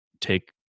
take